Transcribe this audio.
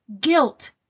Guilt